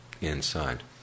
inside